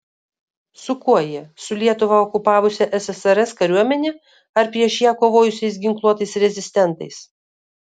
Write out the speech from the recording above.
su kuo jie su lietuvą okupavusia ssrs kariuomene ar prieš ją kovojusiais ginkluotais rezistentais